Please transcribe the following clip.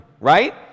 right